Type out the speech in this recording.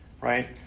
right